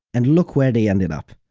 and look where they ended up.